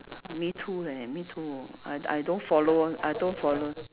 me too eh me too I d~ I don't follow I don't follow